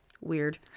Weird